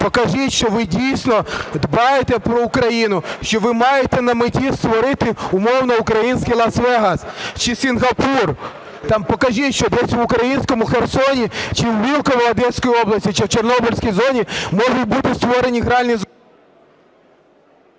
Покажіть, що ви дійсно дбаєте про Україну, що ви маєте на меті створити умовно український Лас-Вегас чи Сінгапур, там покажіть, що десь в українському Херсоні чи у Вілково Одеської області, чи в Чорнобильській зоні можуть бути створені гральні...